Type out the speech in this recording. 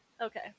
Okay